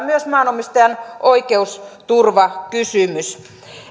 myös maanomistajan oikeusturvakysymys